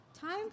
Time